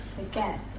again